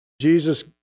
Jesus